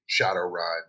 Shadowrun